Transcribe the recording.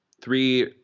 three